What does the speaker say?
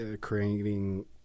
creating